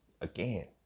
again